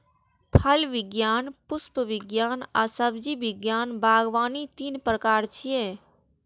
फल विज्ञान, पुष्प विज्ञान आ सब्जी विज्ञान बागवानी तीन प्रकार छियै